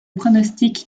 pronostic